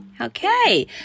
Okay